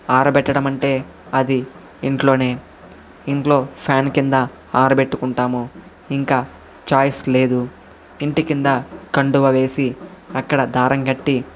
ఆరబెట్టడం అంటే అది ఇంట్లోనే ఇంట్లో ఫ్యాన్ కింద ఆరబెట్టుకుంటాము ఇంకా చాయిస్ లేదు ఇంటి కింద కండువా వేసి అక్కడ దారం కట్టి